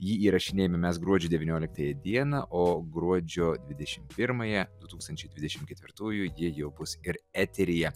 jį įrašinėjame mes gruodžio devynioliktąją dieną o gruodžio dvidešimt pirmąją du tūkstančiai dvidešim ketvirtųjų ji jau bus ir eteryje